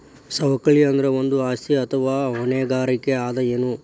ಸವಕಳಿ ಅಂದ್ರ ಒಂದು ಆಸ್ತಿ ಅಥವಾ ಹೊಣೆಗಾರಿಕೆ ಅದ ಎನು?